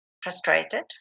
frustrated